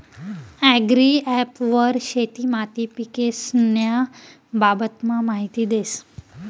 agri app वर शेती माती पीकेस्न्या बाबतमा माहिती देस